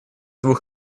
двух